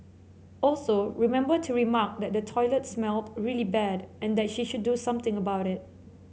also remember to remark that the toilet smelled really bad and that she should do something about it